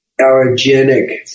allergenic